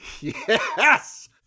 Yes